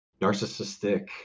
narcissistic